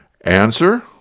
Answer